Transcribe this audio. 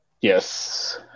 Yes